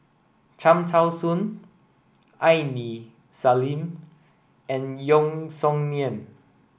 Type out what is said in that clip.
Cham Tao Soon Aini Salim and Yeo Song Nian